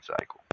cycle